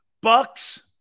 Bucks